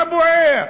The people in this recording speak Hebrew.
מה בוער?